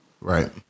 Right